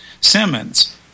Simmons